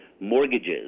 mortgages